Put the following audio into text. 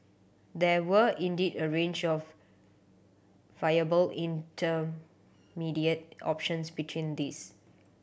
there were indeed a range of viable intermediate options between these